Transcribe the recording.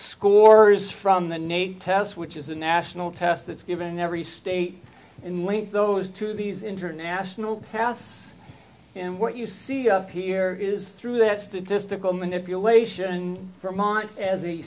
scores from the nate test which is a national test that's given in every state and link those to these international paths and what you see up here is through that statistical manipulation and vermont as